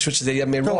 חשוב שזה יהיה מראש.